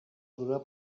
durar